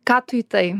ką tu į tai